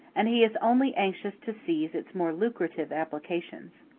and he is only anxious to seize its more lucrative applications.